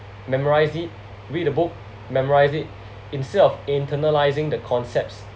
memorise it read a book memorise it instead of internalising the concepts